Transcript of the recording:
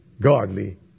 godly